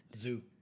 Zoo